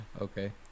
Okay